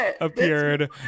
appeared